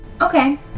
Okay